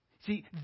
See